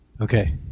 Okay